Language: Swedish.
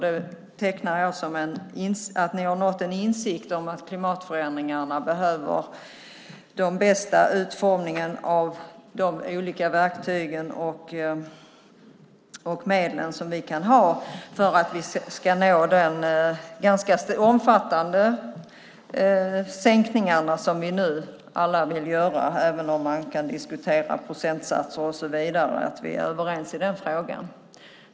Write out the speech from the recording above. Det tolkar jag som att ni har nått en insikt om att klimatförändringarna behöver den bästa utformningen av de olika verktygen och medlen som vi kan ha för att vi ska nå de ganska omfattande sänkningar som vi nu alla vill göra. Man kan diskutera procentsatser och så vidare, men vi är överens i den frågan.